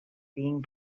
being